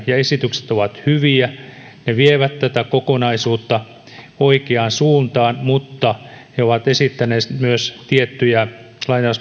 ja esitykset ovat hyviä ja ne vievät tätä kokonaisuutta oikeaan suuntaan mutta he ovat esittäneet myös tiettyjä